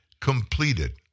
completed